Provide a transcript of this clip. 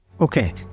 Okay